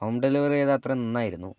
home delivery ചെയ്താൽ അത്രയും നന്നായിരുന്നു